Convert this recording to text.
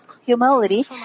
humility